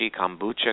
kombucha